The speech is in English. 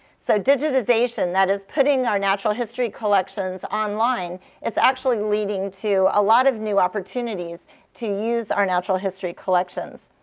so digitization that is, putting our natural history collections online is actually leading to a lot of new opportunities to use our natural history collections.